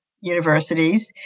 universities